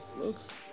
looks